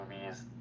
movies